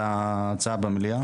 ההצעה עברה פה אחד.